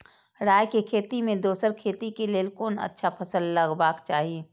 राय के खेती मे दोसर खेती के लेल कोन अच्छा फसल लगवाक चाहिँ?